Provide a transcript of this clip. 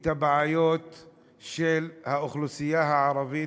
את הבעיות של האוכלוסייה הערבית,